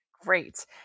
Great